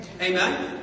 Amen